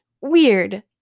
weird